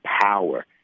power